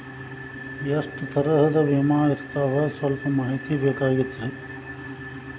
ಎಷ್ಟ ತರಹದ ವಿಮಾ ಇರ್ತಾವ ಸಲ್ಪ ಮಾಹಿತಿ ಬೇಕಾಗಿತ್ರಿ